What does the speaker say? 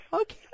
Okay